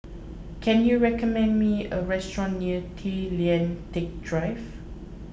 can you recommend me a restaurant near Tay Lian Teck Drive